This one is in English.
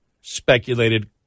speculated